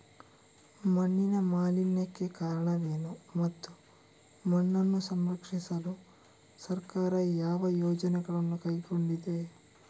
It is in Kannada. ಮಣ್ಣಿನ ಮಾಲಿನ್ಯಕ್ಕೆ ಕಾರಣವೇನು ಮತ್ತು ಮಣ್ಣನ್ನು ಸಂರಕ್ಷಿಸಲು ಸರ್ಕಾರ ಯಾವ ಯೋಜನೆಗಳನ್ನು ಕೈಗೊಂಡಿದೆ?